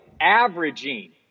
averaging